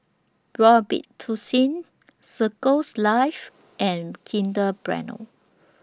Robitussin Circles Life and Kinder Bueno